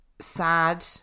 sad